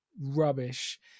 rubbish